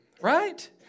right